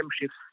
shifts